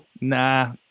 nah